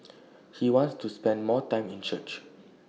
he wants to spend more time in church